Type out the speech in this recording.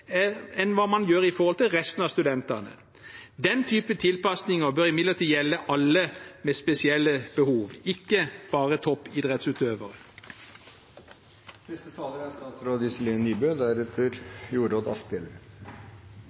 enn man gjør for resten av studentene. Den type tilpasning bør imidlertid gjelde alle med spesielle behov, ikke bare toppidrettsutøvere. Jeg er